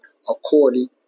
according